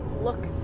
look